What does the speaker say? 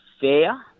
fair